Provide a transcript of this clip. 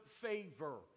favor